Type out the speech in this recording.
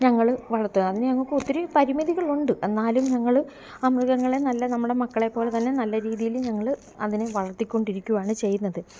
ഞങ്ങൾ വളർത്തുക അതിന് ഞങ്ങൾക്കൊത്തിരി പരിമിതികളുണ്ട് എന്നാലും ഞങ്ങൾ ആ മൃഗങ്ങളെ നല്ല നമ്മുടെ മക്കളെപ്പോലെ തന്നെ നല്ല രീതിയിൽ ഞങ്ങൾ അതിനെ വളർത്തിക്കൊണ്ടിരിക്കുകയാണ് ചെയ്യുന്നത്